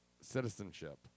citizenship